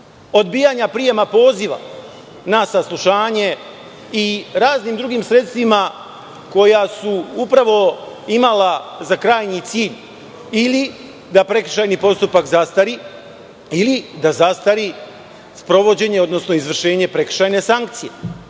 odbijanja prijema poziva na saslušanje i raznim drugim sredstvima koja su upravo imala za krajnji cilj ili da prekršajni postupak zastari ili da zastari sprovođenje odnosno izvršenje prekršajne sankcije. Nažalost,